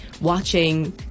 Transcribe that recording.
watching